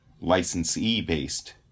licensee-based